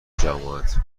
جماعت